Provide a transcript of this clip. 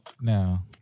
Now